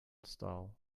stall